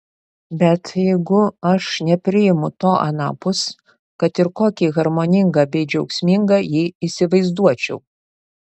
bet jeigu aš nepriimu to anapus kad ir kokį harmoningą bei džiaugsmingą jį įsivaizduočiau